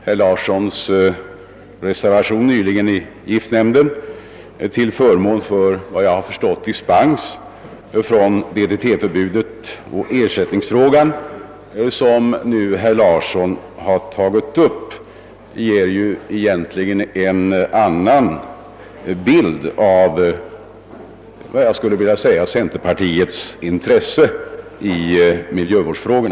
Herr Larssons reservation nyligen i giftnämnden till förmån för en dispens från DDT-förbudet och hans fråga när det gäller ersättningen ger en helt annan bild av centerpartiets intressen beträffande miljövården.